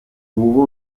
ubu